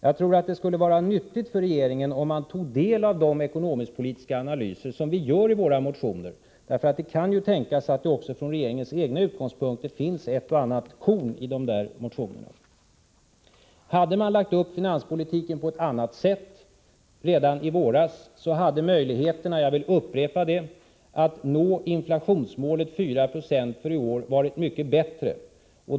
Jag tror att det skulle vara nyttigt för regeringen om den tog del av de ekonomiskpolitiska analyser som vi gör i våra motioner. Det kan ju tänkas att det också från regeringens egna utgångspunkter finns ett och annat korn i dessa motioner. Om regeringen hade lagt upp finanspolitiken på ett annat sätt redan i våras hade möjligheterna — jag vill upprepa det — att nå inflationsmålet 4 96 för i år varit mycket bättre.